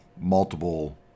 multiple